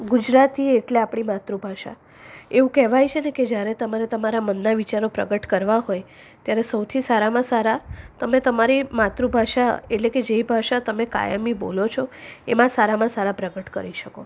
ગુજરાતી એટલે આપણી માતૃભાષા એવું કહેવાય છે ને કે જ્યારે તમારે તમારા મનના વિચારો પ્રગટ કરવા હોય ત્યારે સૌથી સારામાં સારા તમે તમારી માતૃભાષા એટલે કે જે ભાષા તમે કાયમી બોલો છો એમાં સારામાં સારા પ્રગટ કરી શકો